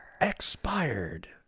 Expired